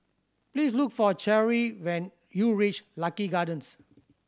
please look for Cherri when you reach Lucky Gardens